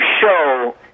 show